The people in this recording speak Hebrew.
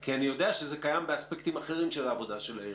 אני יודע שזה קיים באספקטים אחרים של העבודה של העירייה.